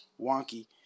wonky